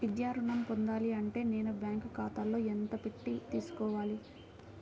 విద్యా ఋణం పొందాలి అంటే నేను బ్యాంకు ఖాతాలో ఎంత పెట్టి తీసుకోవాలి?